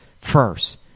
first